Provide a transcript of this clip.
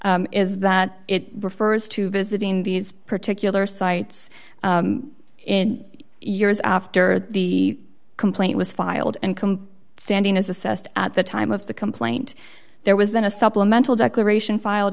is that it refers to visiting these particular sites in years after the complaint was filed and come standing as assessed at the time of the complaint there was then a supplemental declaration filed